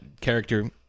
character